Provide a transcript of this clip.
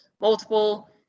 multiple